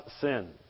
sin